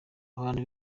abantu